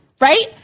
right